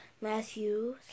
Matthew